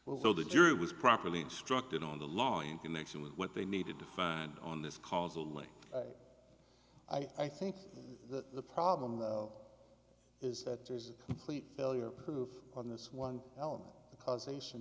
well the jury was properly instructed on the law in connection with what they needed to find on this causal link i think that the problem though is that there is a complete failure proof on this one element the causation